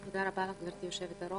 תודה רבה לך, גברתי יושבת-הראש.